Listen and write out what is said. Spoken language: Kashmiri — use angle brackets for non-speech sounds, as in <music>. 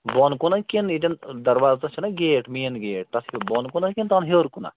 بۄن کُنہ کِنہٕ ییٚتٮ۪ن دَروازَس چھِنہٕ گیٹ مین گیٹ تَتھ <unintelligible> بۄن کُن ہا کِنہٕ تَلہٕ ہیوٚر کُنَتھ